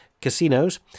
casinos